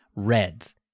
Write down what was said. reds